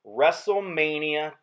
WrestleMania